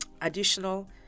additional